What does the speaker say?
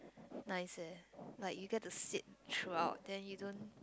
nice eh like you get to sit throughout then you don't